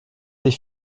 des